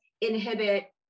inhibit